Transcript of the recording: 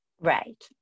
Right